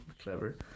Clever